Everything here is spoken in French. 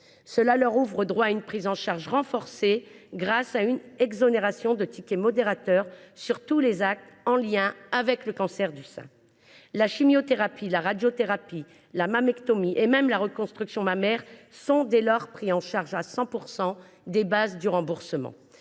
Cela leur ouvre droit à une prise en charge renforcée grâce à une exonération du ticket modérateur sur tous les actes en lien avec le cancer du sein. La chimiothérapie, la radiothérapie, la mammectomie et même la reconstruction mammaire sont dès lors prises en charge à 100 % de la base de remboursement